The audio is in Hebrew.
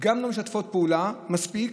גם לא משתפות פעולה מספיק,